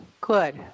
Good